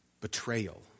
betrayal